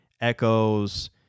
echoes